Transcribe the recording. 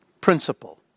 principle